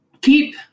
keep